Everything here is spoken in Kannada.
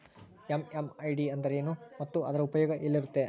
ಎಂ.ಎಂ.ಐ.ಡಿ ಎಂದರೇನು ಮತ್ತು ಅದರ ಉಪಯೋಗ ಎಲ್ಲಿರುತ್ತೆ?